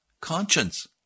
conscience